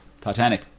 Titanic